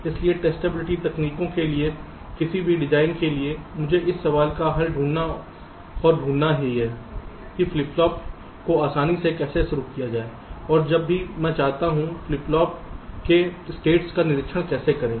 इसलिए टेस्टेबिलिटी तकनीक के लिए किसी भी डिजाइन के लिए मुझे इस सवाल का हल ढूंढना और ढूंढना है कि फ्लिप फ्लॉप को आसानी से कैसे शुरू किया जाए और जब भी मैं चाहता हूं फ्लिप फ्लॉप के राज्यों का निरीक्षण कैसे करें